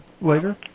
later